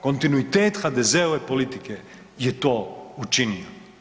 Kontinuitet HDZ-ove politike je to učinio.